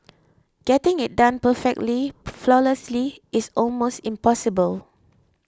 getting it done perfectly flawlessly is almost impossible